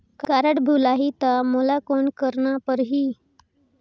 Card भुलाही ता मोला कौन करना परही?